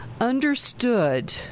understood